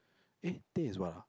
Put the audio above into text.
eh teh is what ah